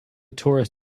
torus